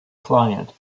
client